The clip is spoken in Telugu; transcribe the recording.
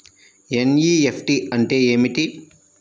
ఎన్.ఈ.ఎఫ్.టీ అంటే ఏమిటి?